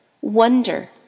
Wonder